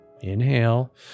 Inhale